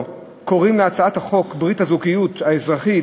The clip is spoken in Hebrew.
קוראים להצעת החוק ברית הזוגיות האזרחית,